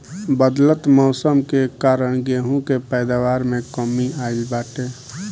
बदलत मौसम के कारण गेंहू के पैदावार में कमी आइल बाटे